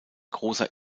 großer